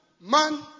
man